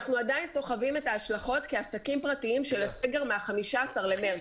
אנחנו עדיין סוחבים את ההשלכות כעסקים פרטיים של הסגר מה-15 למארס.